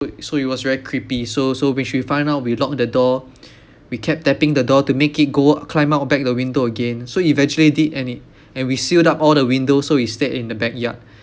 so it was very creepy so so which we find out we lock the door we kept tapping the door to make it go climb out back the window again so eventually it did and it and we sealed up all the windows so he stayed in the backyard